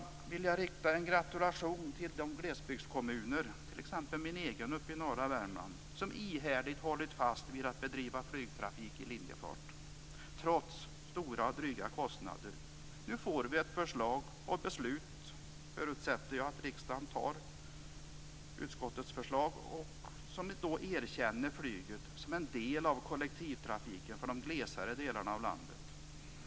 Jag vill rikta en gratulation till de glesbygdskommuner, t.ex. min egen kommun uppe i norra Värmland, som ihärdigt hållit fast vid att bedriva flygtrafik i linjefart trots stora och dryga kostnader. Nu får vi ett beslut, om jag förutsätter att riksdagen antar utskottets förslag, som erkänner flyget som en del av kollektivtrafiken för de glesare delarna av landet.